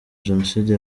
genocide